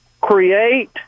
create